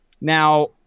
now